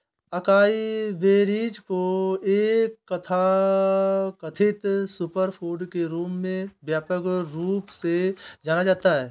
acai berries को एक तथाकथित सुपरफूड के रूप में व्यापक रूप से जाना जाता है